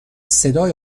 صدای